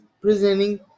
presenting